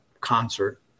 concert